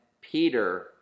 Peter